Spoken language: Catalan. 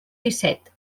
disset